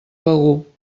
begur